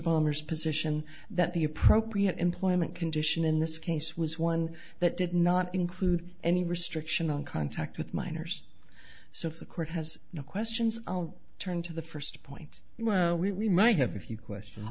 bomber's position that the appropriate employment condition in this case was one that did not include any restriction on contact with minors so if the court has no questions i'll turn to the first point well we we might have a few question